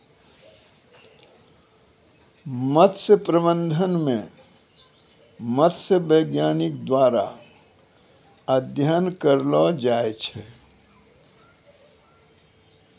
मत्स्य प्रबंधन मे मत्स्य बैज्ञानिक द्वारा अध्ययन करलो जाय छै